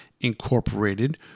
Incorporated